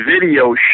Video